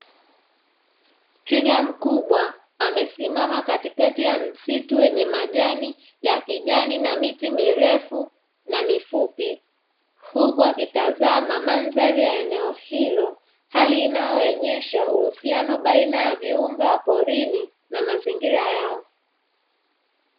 Twiga mkubwa amesimama katikati ya msitu wenye majani ya kijani na miti mirefu na mifupi, huku akitazama mandhari ya eneo hilo, hali inayoonyesha uhusiano baina ya viumbe wa porini na mazingira yao.